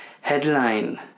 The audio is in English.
headline